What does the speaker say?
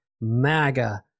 MAGA